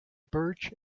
birch